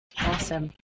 Awesome